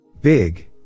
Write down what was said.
Big